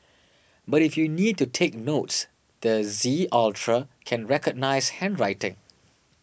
but if you need to take notes the Z Ultra can recognise handwriting